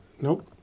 Nope